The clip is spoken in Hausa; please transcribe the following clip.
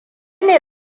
ne